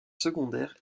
secondaires